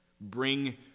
Bring